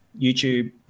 YouTube